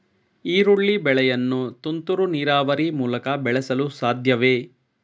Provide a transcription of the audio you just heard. ಈರುಳ್ಳಿ ಬೆಳೆಯನ್ನು ತುಂತುರು ನೀರಾವರಿ ಮೂಲಕ ಬೆಳೆಸಲು ಸಾಧ್ಯವೇ?